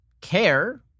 care